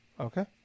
Okay